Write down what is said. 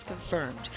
confirmed